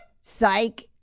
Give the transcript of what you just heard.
psych